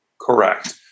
correct